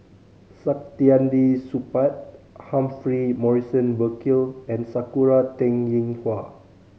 Saktiandi Supaat Humphrey Morrison Burkill and Sakura Teng Ying Hua